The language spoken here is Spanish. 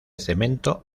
cemento